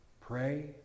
Pray